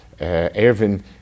Erwin